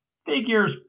Figures